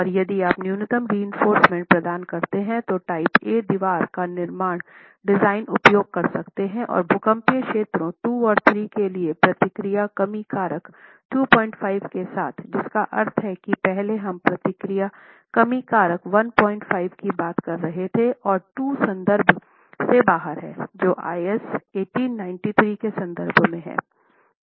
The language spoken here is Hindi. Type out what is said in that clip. और यदि आप न्यूनतम रएंफोर्रसमेंट प्रदान करते हैं तो टाइप ए दीवार का निर्माण डिजाइन उपयोग कर सकते हैं और भूकंपीय क्षेत्रों II और III के लिए प्रतिक्रिया कमी कारक 25 के साथ जिसका अर्थ है कि पहले हम प्रतिक्रिया कमी कारक 15 की बात कर रहे थे और 2 संदर्भ से बाहर हैं जो IS 1893 के संदर्भ में है